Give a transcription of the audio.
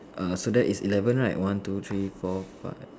err so that is eleven right one two three four five